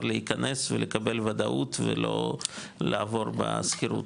להיכנס ולקבל וודאות ולא לעבור בשכירות,